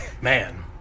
man